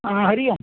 हा हरिः ओम्